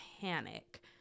panic